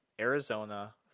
Arizona